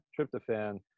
tryptophan